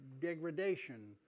degradation